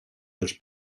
als